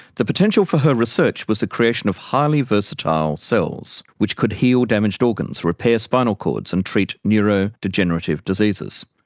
the potential for her research was the creation of highly versatile cells, which could heal damaged organs, repair spinal cords and treat neuro-degenerative diseases.